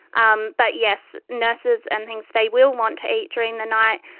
um but yes, nurses and things, they will want to eat during the night,